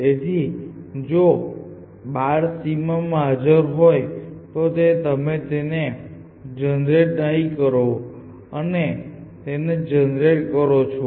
તેથી જો બાળ સીમા માં હાજર હોય તો તમે તેને જનરેટ નહીં કરો નહીં તો તમે તેને જનરેટ કરો છો